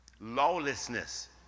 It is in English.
Lawlessness